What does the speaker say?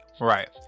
Right